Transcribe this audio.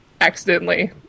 Accidentally